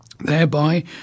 thereby